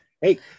hey